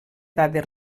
dades